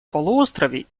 полуострове